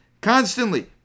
Constantly